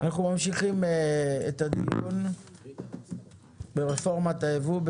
אנחנו ממשיכים את הדיון ברפורמת הייבוא,